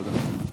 תודה.